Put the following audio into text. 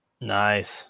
Nice